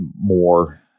more